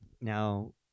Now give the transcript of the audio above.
Now